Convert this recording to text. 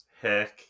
Heck